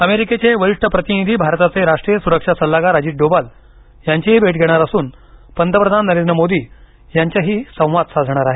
अमेरिकेचे हे वरिष्ठ प्रतिनिधी भारताचे राष्ट्रीय सुरक्षा सल्लागार अजित डोभाल यांचीही भेट घेणार असून पंतप्रधान नरेंद्र मोदी यांच्याशीही संवाद साधणार आहेत